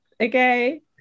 okay